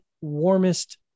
warmest